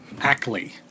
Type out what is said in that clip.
Ackley